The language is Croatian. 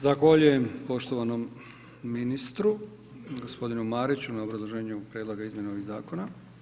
Zahvaljujem poštovanom ministru g. Mariću na obrazloženju prijedloga izmjena ovih zakona.